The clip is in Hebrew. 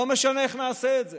לא משנה איך נעשה את זה,